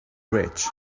rich